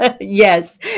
Yes